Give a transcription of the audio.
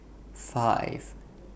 five